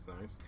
Nice